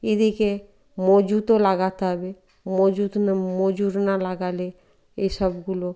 ইদিকে মজুরও লাগাতে হবে মজুত না মজুর না লাগালে এইসবগুলো